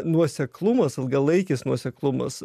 nuoseklumas ilgalaikis nuoseklumas